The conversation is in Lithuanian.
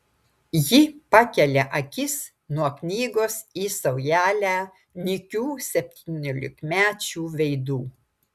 ji pakelia akis nuo knygos į saujelę nykių septyniolikmečių veidų